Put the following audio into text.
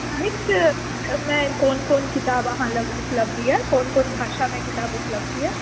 साहित्यमे कोन कोन किताब अहाँ लग उपलब्ध यए कोन कोन भाषामे किताब उपलब्ध यए